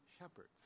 shepherds